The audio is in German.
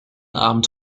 abend